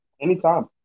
Anytime